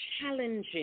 challenging